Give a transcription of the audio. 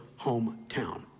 Hometown